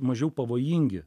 mažiau pavojingi